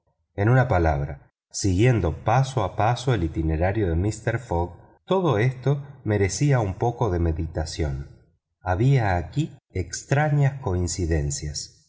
en una palabra siguiendo paso a paso el itinerario de mister fogg todo esto merecía un poco de meditación había aquí extrañas coincidencias